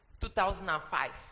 2005